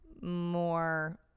more